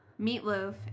meatloaf